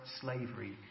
slavery